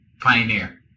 Pioneer